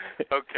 Okay